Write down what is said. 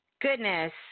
goodness